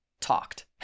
talked